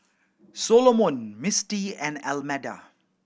Solomon Misti and Almeda